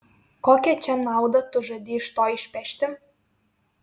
kokią čia naudą tu žadi iš to išpešti